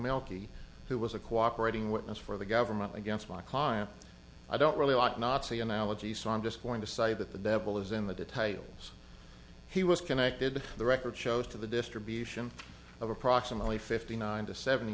melky who was a cooperating witness for the government against my client i don't really like nazi analogies so i'm just going to say that the devil is in the details he was connected the record shows to the distribution of approximately fifty nine to seventy